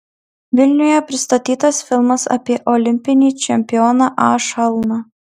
vilniuje pristatytas filmas apie olimpinį čempioną a šalną